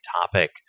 topic